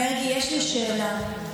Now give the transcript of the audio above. מרגי, יש לי שאלה.